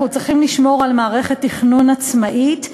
אנחנו צריכים לשמור על מערכת תכנון עצמאית,